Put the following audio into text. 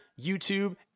YouTube